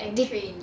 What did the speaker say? and train